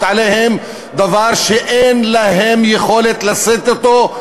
עליהם דבר שאין להם יכולת לשאת אותו,